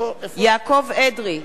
יעקב אדרי,